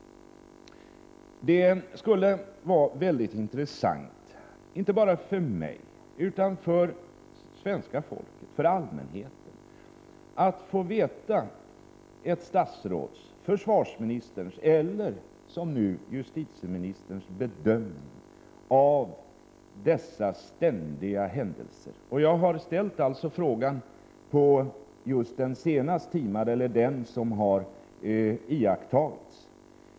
Det skulle vara mycket intressant, inte bara för mig utan för svenska folket, för allmänheten, att få veta ett statsråds — försvarsministerns eller som nu justitieministerns — bedömning av dessa ständiga händelser. Min fråga är ställd med anledning av den händelse som senast har iakttagits.